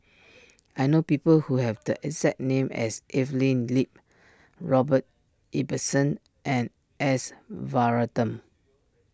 I know people who have the exact name as Evelyn Lip Robert Ibbetson and S Varathan